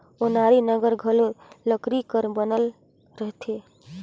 ओनारी नांगर घलो लकरी कर बनल रहथे